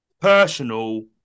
personal